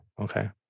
Okay